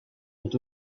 est